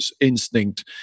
Instinct